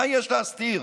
מה יש להסתיר?